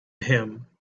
him